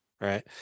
Right